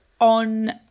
on